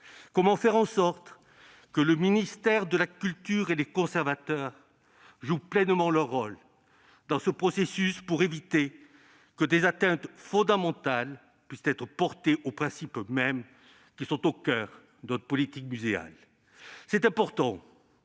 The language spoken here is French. Comment faire en sorte que le ministère de la culture et les conservateurs jouent pleinement leur rôle dans ce processus pour éviter que des atteintes fondamentales ne puissent être portées aux principes mêmes qui sont au coeur de notre politique muséale ?